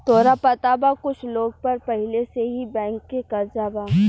तोहरा पता बा कुछ लोग पर पहिले से ही बैंक के कर्जा बा